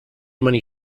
many